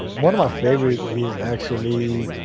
one of my favorites is actually,